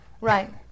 Right